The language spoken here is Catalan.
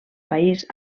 país